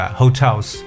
hotels